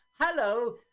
Hello